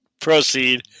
proceed